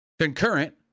Concurrent